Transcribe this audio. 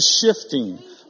shifting